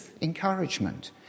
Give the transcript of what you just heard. encouragement